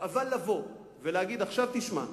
אבל לבוא ולהגיד: תשמע,